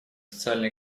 социально